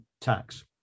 tax